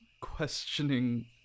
questioning